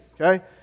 okay